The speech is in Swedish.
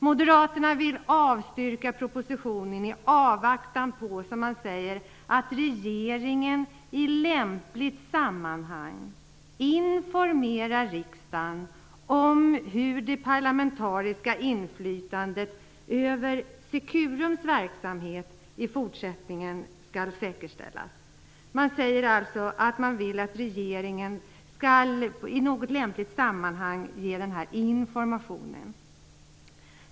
Moderaterna vill avstyrka propositionen i avvaktan på, som man säger, "att regeringen i lämpligt sammanhang informerar riksdagen om hur det parlamentariska inflytandet över Securums verksamhet i fortsättningen skall säkerställas". Man säger alltså att man vill att regeringen i något lämpligt sammanhang skall ge den här informationen.